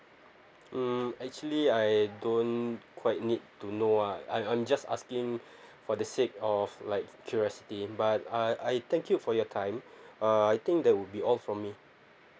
mm actually I don't quite need to know ah I am just asking for the sake of like curiosity but uh I thank you for your time uh I think that will be all from me